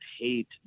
hate